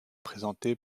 présentée